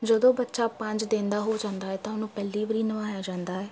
ਜਦੋਂ ਬੱਚਾ ਪੰਜ ਦਿਨ ਦਾ ਹੋ ਜਾਂਦਾ ਹੈ ਤਾਂ ਉਹਨੂੰ ਪਹਿਲੀ ਵਾਰੀ ਨਹਾਇਆ ਜਾਂਦਾ ਹੈ